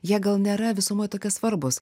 jie gal nėra visuomet tokie svarbūs